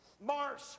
Marsh